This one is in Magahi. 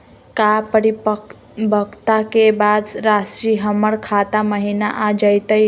का परिपक्वता के बाद रासी हमर खाता महिना आ जइतई?